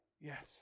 Yes